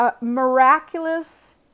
miraculous